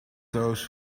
those